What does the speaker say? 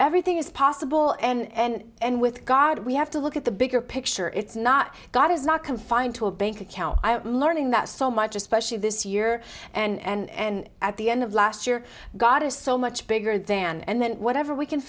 everything is possible and with god we have to look at the bigger picture it's not god is not confined to a bank account i am learning that so much especially this year and at the end of last year god is so much bigger than and then whatever we can